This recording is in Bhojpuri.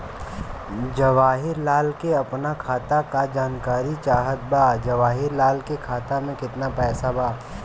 जवाहिर लाल के अपना खाता का जानकारी चाहत बा की जवाहिर लाल के खाता में कितना पैसा बा?